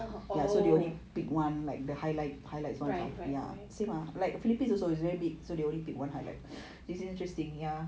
oh right right right